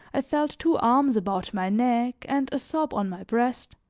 i felt two arms about my neck and a sob on my breast.